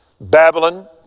Babylon